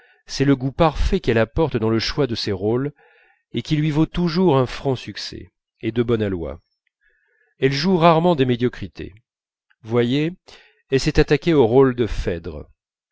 c'est le goût parfait qu'elle apporte dans le choix de ses rôles et qui lui vaut toujours un franc succès et de bon aloi elle joue rarement des médiocrités voyez elle s'est attaquée au rôle de phèdre